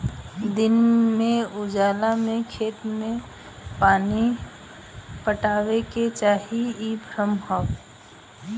दिन के उजाला में खेत में पानी पटावे के चाही इ भ्रम ह